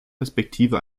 perspektive